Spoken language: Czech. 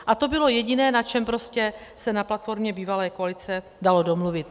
A to bylo jediné, na čem se na platformě bývalé koalice dalo domluvit.